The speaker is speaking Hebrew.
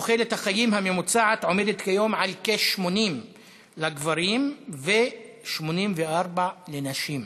תוחלת החיים הממוצעת עומדת כיום על כ-80 לגברים ו-84 לנשים,